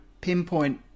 pinpoint